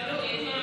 תלוי.